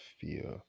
fear